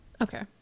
Okay